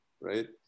right